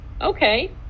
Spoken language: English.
okay